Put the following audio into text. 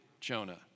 Jonah